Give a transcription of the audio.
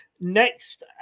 next